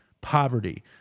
Poverty